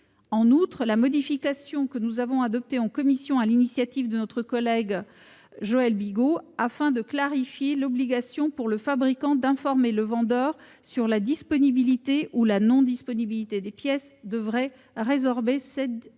En outre, la modification que nous avons adoptée en commission sur l'initiative de notre collègue Joël Bigot, afin de clarifier l'obligation pour le fabricant d'informer le vendeur quant à la disponibilité ou la non-disponibilité des pièces, devrait résorber cette difficulté.